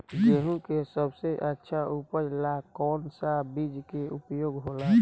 गेहूँ के सबसे अच्छा उपज ला कौन सा बिज के उपयोग होला?